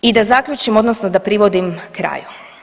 I da zaključim, odnosno da privodim kraju.